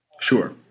Sure